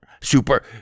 Super